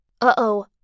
Uh-oh